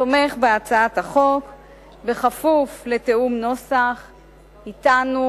תומך בהצעת החוק כפוף לתיאום נוסח אתנו,